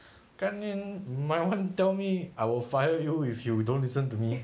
gan ni my one tell me I will fire you if you don't listen to me